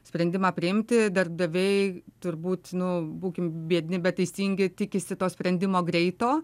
sprendimą priimti darbdaviai turbūt nu būkim biedni bet teisingi tikisi to sprendimo greito